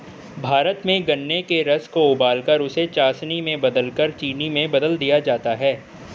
भारत में गन्ने के रस को उबालकर उसे चासनी में बदलकर चीनी में बदल दिया जाता है